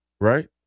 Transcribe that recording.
right